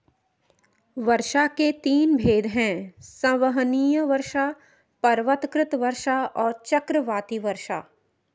वर्षा के तीन भेद हैं संवहनीय वर्षा, पर्वतकृत वर्षा और चक्रवाती वर्षा